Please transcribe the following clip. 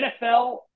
NFL